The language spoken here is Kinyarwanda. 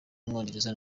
w’umwongereza